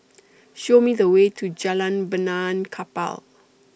Show Me The Way to Jalan Benaan Kapal